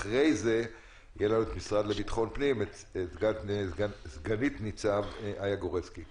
אחרי זה תהיה סגן-ניצב איה גורצקי מהמשרד לביטחון הפנים.